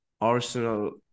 Arsenal